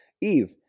Eve